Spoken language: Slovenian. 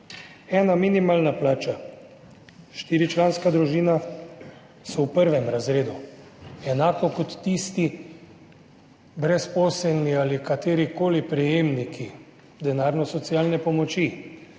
Ena minimalna plača, štiričlanska družina v prvem razredu, enako kot tisti brezposelni ali katerikoli prejemniki denarne socialne pomoči.